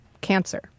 Cancer